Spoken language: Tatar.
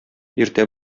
иртә